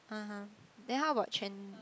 (uh huh) then how about Chen~